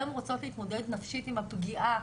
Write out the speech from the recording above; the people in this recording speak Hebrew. הן רוצות להתמודד נפשית עם הפגיעה,